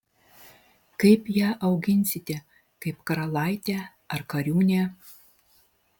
kaip ją auginsite kaip karalaitę ar kariūnę